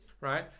Right